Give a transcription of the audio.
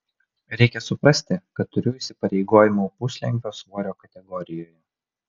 reikia suprasti kad turiu įsipareigojimų puslengvio svorio kategorijoje